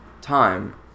time